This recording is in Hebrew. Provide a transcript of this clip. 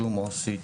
שום עו"סית,